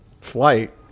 flight